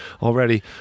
already